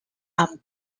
amb